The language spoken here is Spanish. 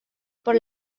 por